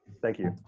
thank you.